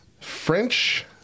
French